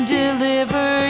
deliver